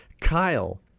Kyle